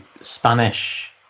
Spanish